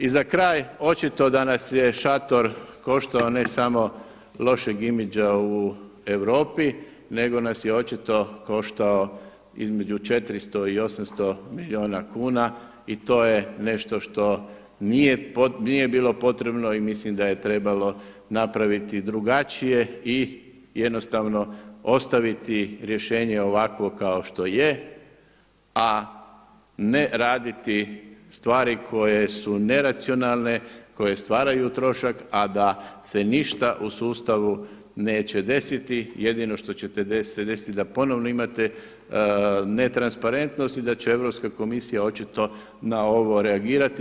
I za kraj, očito da nas je šator koštao ne samo lošeg imidža u Europi nego nas je očito koštao između 400 i 800 milijuna kuna i to je nešto što nije bilo potrebno i mislim da je trebalo napraviti drugačije i jednostavno ostaviti rješenje ovakvo kao što je a ne raditi stvari koje su neracionalne, koje stvaraju trošak, a da se ništa u sustavu neće desiti. jedino što će se desiti da ponovno imate netransparentnost i da će Europska komisija očito na ovo reagirati.